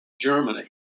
Germany